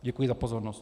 Děkuji za pozornost.